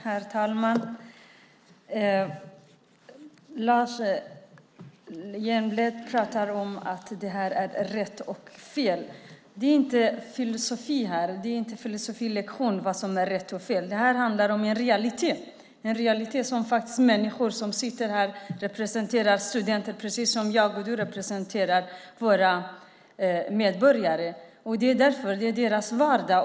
Herr talman! Lars Hjälmered pratar om att detta är rätt och fel. Detta är inte någon filosofilektion om vad som är rätt och fel. Detta handlar om en realitet för människor som representerar studenter precis som Lars Hjälmered och jag representerar våra medborgare. Det är deras vardag.